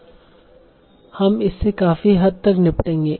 हम इससे काफी हद तक निपटेंगे